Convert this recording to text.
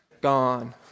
gone